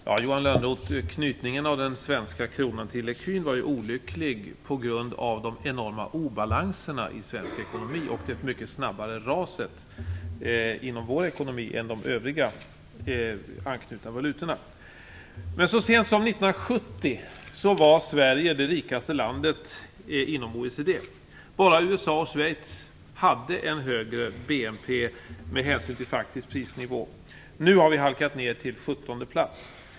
Fru talman! Knytningen av den svenska kronan till ecun var ju olycklig, Johan Lönnroth, på grund av de enorma obalanserna i svensk ekonomi och det mycket snabbare raset inom vår ekonomi än inom de övriga anknutna valutorna. Så sent som 1970 var Sverige det rikaste landet inom OECD. Bara USA och Schweiz hade en högre BNP med hänsyn till faktisk prisnivå. Nu har vi halkat ner till sjuttonde plats.